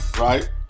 right